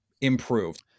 improved